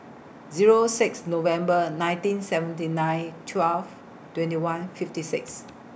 Zero six November nineteen seventy nine twelve twenty one fifty six